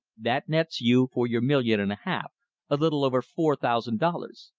that nets you for your million and a half a little over four thousand dollars